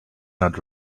not